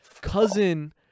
cousin